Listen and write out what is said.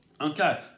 okay